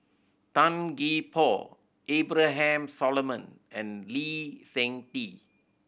Tan Gee Paw Abraham Solomon and Lee Seng Tee